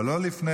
אבל לא לפני,